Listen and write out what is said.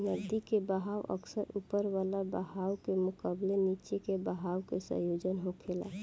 नदी के बहाव अक्सर ऊपर वाला बहाव के मुकाबले नीचे के बहाव के संयोजन होखेला